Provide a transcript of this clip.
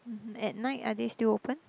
at night are they still open